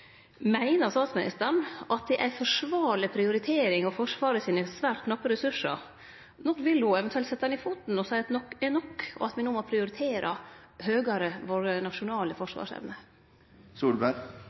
Meiner statsministeren at det ei forsvarleg prioritering av Forsvaret sine svært knappe ressursar, når vil ho eventuelt setje ned foten og seie at nok er nok, og at me no må prioritere høgare vår nasjonale